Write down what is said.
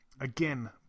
again